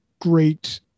great